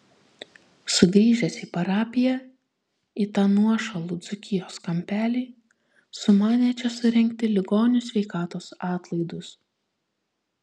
sugrįžęs į parapiją į tą nuošalų dzūkijos kampelį sumanė čia surengti ligonių sveikatos atlaidus